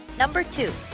number two,